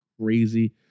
crazy